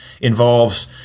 involves